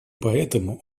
поэтому